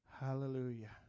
Hallelujah